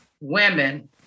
women